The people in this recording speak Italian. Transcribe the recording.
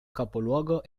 capoluogo